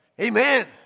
amen